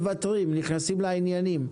מוותרים, נכנסים לעניינים.